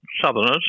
southerners